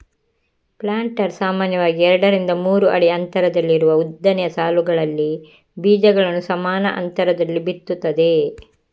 planter ಸಾಮಾನ್ಯವಾಗಿ ಎರಡರಿಂದ ಮೂರು ಅಡಿ ಅಂತರದಲ್ಲಿರುವ ಉದ್ದನೆಯ ಸಾಲುಗಳಲ್ಲಿ ಬೀಜಗಳನ್ನ ಸಮಾನ ಅಂತರದಲ್ಲಿ ಬಿತ್ತುತ್ತದೆ